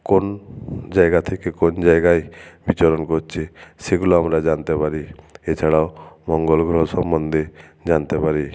কোন জায়গা থেকে কোন জায়গায় বিচরণ করছে সেগুলো আমরা জানতে পারি এছাড়াও মঙ্গল গ্রহ সম্বন্ধে জানতে পারি